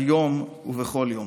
היום ובכל יום.